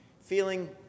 feeling